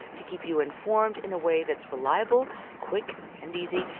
to keep you informed in a way that's reliable, quick and easy.